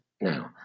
now